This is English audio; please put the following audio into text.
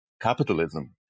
capitalism